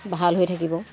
ভাল হৈ থাকিব